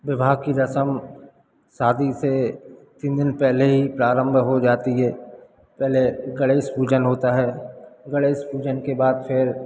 विवाह कि रस्म शादी से तीन दिन पहले ही प्रारंभ हो जाती है पहले गणेश पूजन होता है गणेश पूजन के बाद फिर